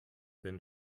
been